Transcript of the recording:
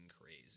crazy